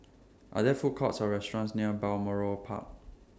Are There Food Courts Or restaurants near Balmoral Park